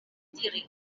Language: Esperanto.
diri